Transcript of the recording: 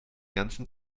ganzen